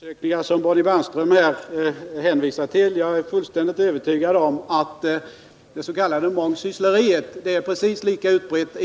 Herr talman! Jag vet inte vilka undersökningar som Bonnie Bernström hänvisar till. Jag är fullständigt övertygad om att det s.k. mångsyssleriet är precis lika utbrett